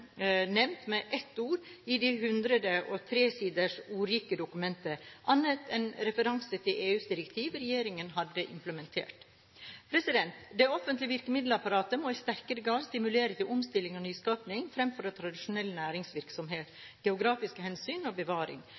nevnt med ett ord i det 103 siders ordrike dokumentet, annet enn med en referanse til et EU-direktiv regjeringen hadde implementert. Det offentlige virkemiddelapparatet må i sterkere grad stimulere til omstilling og nyskaping fremfor til en tradisjonell næringsvirksomhet, geografiske hensyn og bevaring.